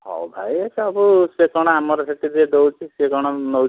ହଉ ଭାଇ ସବୁ ସେ କ'ଣ ଆମର ସେଇଠି ଯେ ଦଉଛି ସିଏ କ'ଣ ନଉଛି